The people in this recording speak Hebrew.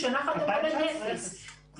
וכמו כל דבר שמתעסקים איתו עם הממשלה,